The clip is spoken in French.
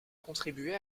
contribué